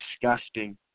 disgusting